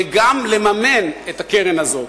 וגם לממן את הקרן הזאת.